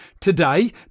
Today